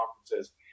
conferences